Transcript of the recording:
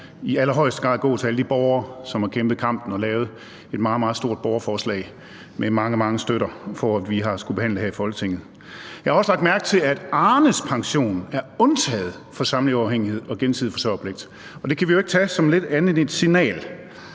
i allerhøjeste grad gå til alle de borgere, som har kæmpet kampen og lavet et meget, meget stort borgerforslag med mange, mange støtter, som vi har skullet behandle her i Folketinget. Jeg har også lagt mærke til, at Arnes pension er undtaget fra samleverafhængighed og gensidig forsørgerpligt, og det kan vi jo ikke tage som andet end et signal.